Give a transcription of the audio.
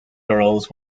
girls